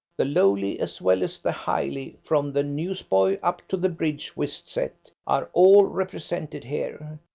the lowly as well as the highly, from the newsboy up to the bridge whist set, are all represented here,